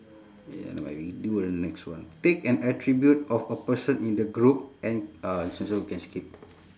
ya nevermind we do the next one pick an attribute of a person in the group and uh this one also can skip